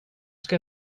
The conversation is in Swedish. ska